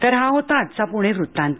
तर हा होता आजचा प्णे वृतांत